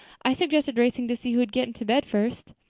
i suggested racing to see who would get into bed first.